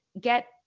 get